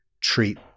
treat